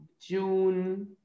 June